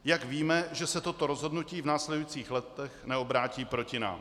Jak víme, že se toto rozhodnutí v následujících letech neobrátí proti nám?